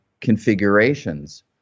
configurations